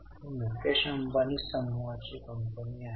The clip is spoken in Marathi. ही मुकेश अंबानी समूहाची कंपनी आहे